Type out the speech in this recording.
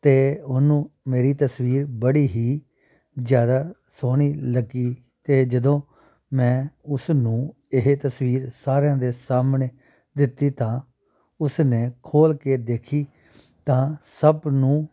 ਅਤੇ ਉਹਨੂੰ ਮੇਰੀ ਤਸਵੀਰ ਬੜੀ ਹੀ ਜ਼ਿਆਦਾ ਸੋਹਣੀ ਲੱਗੀ ਅਤੇ ਜਦੋਂ ਮੈਂ ਉਸ ਨੂੰ ਇਹ ਤਸਵੀਰ ਸਾਰਿਆਂ ਦੇ ਸਾਹਮਣੇ ਦਿੱਤੀ ਤਾਂ ਉਸ ਨੇ ਖੋਲ੍ਹ ਕੇ ਦੇਖੀ ਤਾਂ ਸਭ ਨੂੰ